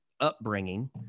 upbringing